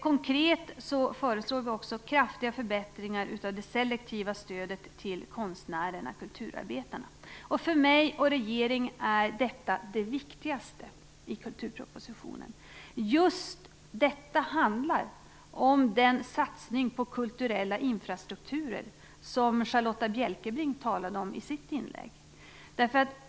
Konkret föreslås också kraftiga förbättringar av det selektiva stödet till konstnärerna och kulturarbetarna. För mig och regeringen är detta det viktigaste i kulturpropositionen. Just detta handlar om den satsning på kulturella infrastrukturer som Charlotta Bjälkebring talade om i sitt inlägg.